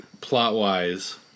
plot-wise